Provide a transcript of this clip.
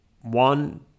one